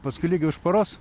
paskui lygiai už paros